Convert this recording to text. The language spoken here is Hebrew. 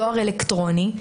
בדואר אלקטרוני,